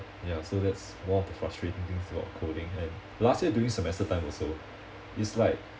ya so that's one of the frustrating things about coding and last year during semester time also is like